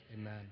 Amen